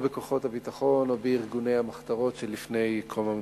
בכוחות הביטחון או בארגוני המחתרות שלפני קום המדינה.